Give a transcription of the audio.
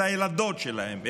את הילדות שלהם,